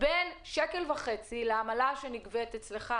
בין 1.50 שקל לבין עמלה של 6.80 שנגבית אצלך.